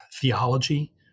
theology